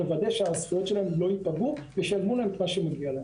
לוודא שהזכויות שלהם לא ייפגעו וישלמו להם את מה שמגיע להם.